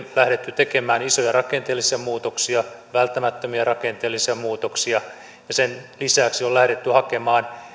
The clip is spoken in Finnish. lähdetty tekemään isoja rakenteellisia muutoksia välttämättömiä rakenteellisia muutoksia ja sen lisäksi on lähdetty hakemaan